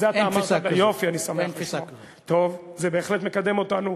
האופי, זאת מילת הקסם.